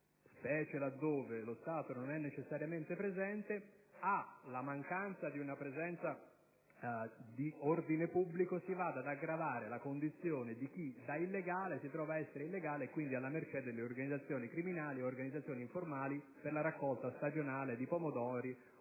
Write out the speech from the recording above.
specie laddove lo Stato non è necessariamente presente, alla mancanza di una presenza di ordine pubblico si aggiunga la condizione di chi da legale si trova ad essere illegale, quindi alla mercé di organizzazioni criminali o informali per la raccolta stagionale di pomodori o arance.